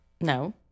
no